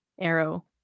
Arrow